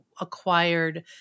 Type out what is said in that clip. acquired